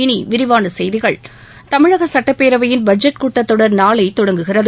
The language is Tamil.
இனி விரிவான செய்திகள் தமிழக சுட்டப்பேரவையின் பட்ஜெட் கூட்டத்தொடர் நாளை தொடங்குகிறது